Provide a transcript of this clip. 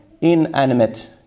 Inanimate